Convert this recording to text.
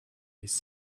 his